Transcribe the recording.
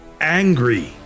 angry